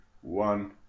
one